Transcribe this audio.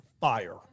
fire